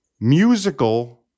musical